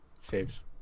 Saves